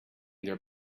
their